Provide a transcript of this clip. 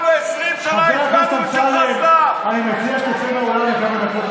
חבר הכנסת אמסלם, אני מבקש שתצא מהאולם.